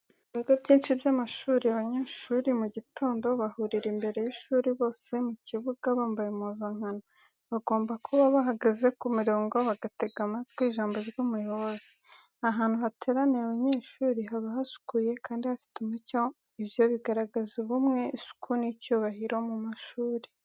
Mu bigo byinshi by'amashuri, abanyeshuri mu gitondo bahurira imbere y'ishuri bose mu kibuga bambaye impuzankano. Bagomba kuba bahagaze ku mirongo bagatega amatwi ijambo ry'umuyobozi. Ahantu hateraniye abanyeshuri, haba hasukuye kandi hafite umucyo, ibyo bigaragaza ubumwe, isuku n'icyubahiro mu mashuri.